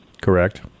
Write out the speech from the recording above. Correct